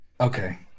Okay